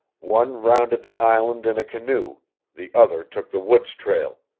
one rounded the island in a canoe the other took the woods trail.